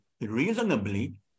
reasonably